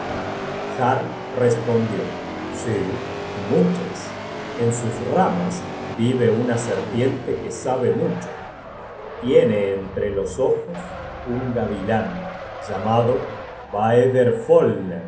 respondió sí y muchas en sus ramas vive una serpiente que sabe mucho tiene entre los ojos un gavilan llamado